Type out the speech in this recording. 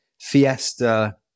fiesta